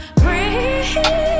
breathe